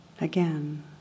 Again